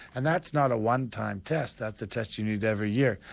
and that's not a one-time test, that's a test you need every year.